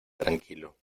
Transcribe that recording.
tranquilo